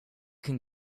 can